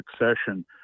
succession